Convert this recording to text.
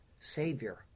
Savior